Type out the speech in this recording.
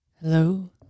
Hello